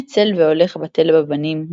מי עצל והולך בטל בבנים,